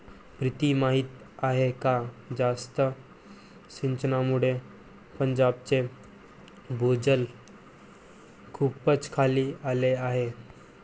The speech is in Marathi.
प्रीती माहीत आहे का जास्त सिंचनामुळे पंजाबचे भूजल खूपच खाली आले आहे